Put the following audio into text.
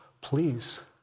please